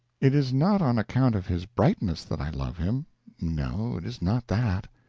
it is not on account of his brightness that i love him no, it is not that.